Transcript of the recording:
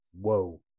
whoa